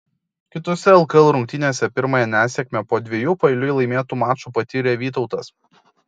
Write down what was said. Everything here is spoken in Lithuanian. kitose lkl rungtynėse pirmąją nesėkmę po dviejų paeiliui laimėtų mačų patyrė vytautas